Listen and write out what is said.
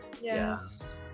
Yes